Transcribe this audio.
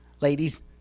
Ladies